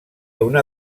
una